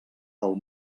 del